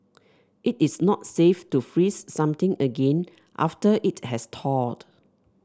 it is not safe to freeze something again after it has thawed